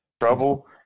Trouble